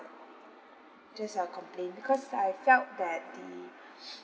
just a complain because I felt that the